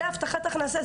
זה הבטחת הכנסה,